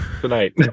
Tonight